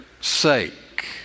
sake